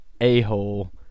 a-hole